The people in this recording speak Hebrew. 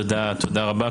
תודה רבה.